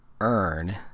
earn